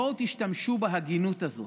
בואו תשתמשו בהגינות הזאת.